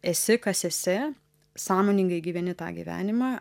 esi kas esi sąmoningai gyveni tą gyvenimą